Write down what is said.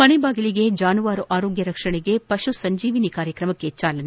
ಮನೆಬಾಗಿಲಿಗೆ ಜಾನುವಾರುಗಳ ಆರೋಗ್ಯ ರಕ್ಷಣೆಗೆ ಪಶು ಸಂಜೀವಿನಿ ಕಾರ್ಯಕ್ರಮಕ್ಕೆ ಚಾಲನೆ